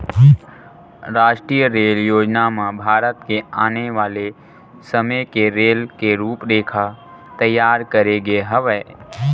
रास्टीय रेल योजना म भारत के आने वाले समे के रेल के रूपरेखा तइयार करे गे हवय